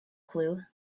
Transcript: clue